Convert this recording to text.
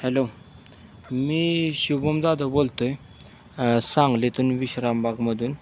hello मी शुभम् जाधव बोलतो आहे सांगलीतून विश्रामबागमदून